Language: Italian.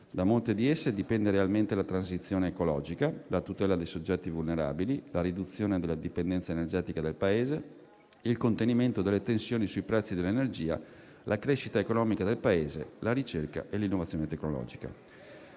Da molte di esse dipende realmente la transizione ecologica, la tutela dei soggetti vulnerabili, la riduzione della dipendenza energetica del Paese, il contenimento delle tensioni sui prezzi dell'energia, la crescita economica del Paese, la ricerca e l'innovazione tecnologica.